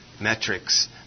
metrics